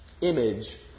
image